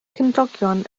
cymdogion